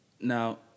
Now